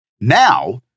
Now